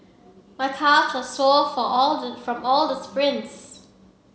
my calves are sore for all the from all the sprints